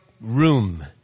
room